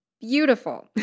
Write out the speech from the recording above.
Beautiful